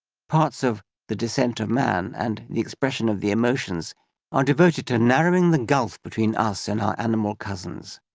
parts of the descent of man and the expression of the emotions are devoted to narrowing the gulf between us and our animal cousins.